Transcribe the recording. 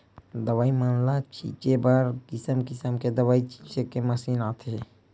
दवई मन ल छिते बर किसम किसम के दवई छिते के मसीन आथे